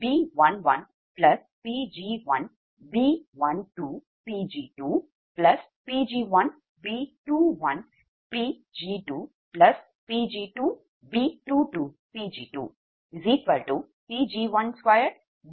எனவே PLoss Pg1Pg1B11Pg1B12Pg2Pg1B21Pg2Pg2B22Pg2Pg12B11Pg1B12Pg2Pg1B21Pg2Pg22B22